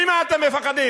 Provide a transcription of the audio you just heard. ממה אתם מפחדים?